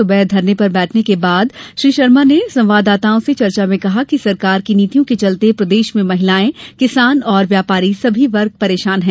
सुबह धरने पर बैठने के बाद शर्मा ने संवाददाताओं से चर्चा में कहा कि सरकार की नीतियों के चलते प्रदेश में महिलाएं किसान और व्यापारी सभी वर्ग परेशान हैं